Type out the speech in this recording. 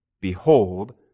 behold